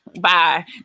bye